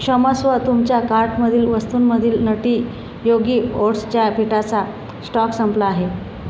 क्षमस्व तुमच्या कार्टमधील वस्तूंमधील नटी योगी ओट्सच्या पिठाचा स्टॉक संपला आहे